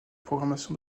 programmation